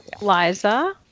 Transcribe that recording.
Liza